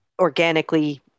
organically